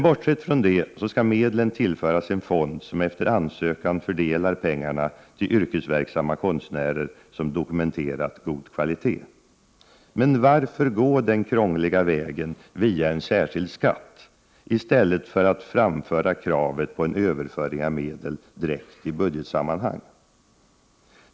Bortsett från detta skall medlen tillföras en fond, som efter ansökan fördelar pengarna till yrkesverksamma konstnärer som dokumenterat god kvalitet. Men varför gå den krångliga vägen via en särskild skatt i stället för att framföra kravet på en överföring av medel direkt i budgetsammanhang?